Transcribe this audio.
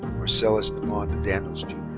marcellus demonde daniels jr.